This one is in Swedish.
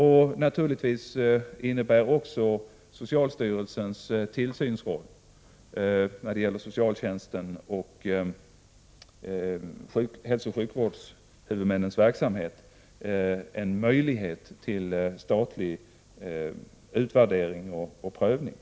Naturligvis innebär också socialstyrelsens tillsyns Prot. 1988/89:44 roll när det gäller socialtjänsten och hälsooch sjukvårdshuvudmännens 13 december 1988 verksamhet en möjlighet till statlig utvärdering och prövning.